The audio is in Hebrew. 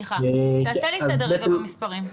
תעשה לי סדר במספרים.